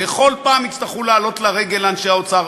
וכל פעם יצטרכו לעלות לרגל לאנשי האוצר,